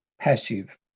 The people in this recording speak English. passive